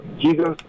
jesus